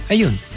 Ayun